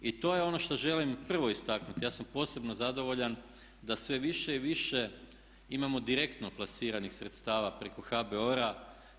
I to je ono što želim prvo istaknuti, ja sam posebno zadovoljan da sve više i više imamo direktno plasiranih sredstava preko HBOR-a.